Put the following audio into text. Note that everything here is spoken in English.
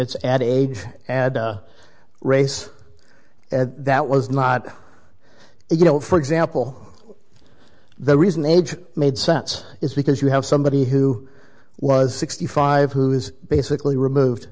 it's ad age ad race and that was not you know for example the reason they made sense is because you have somebody who was sixty five who was basically removed